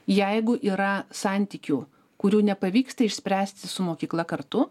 jeigu yra santykių kurių nepavyksta išspręsti su mokykla kartu